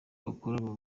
bakora